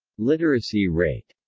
literacy rate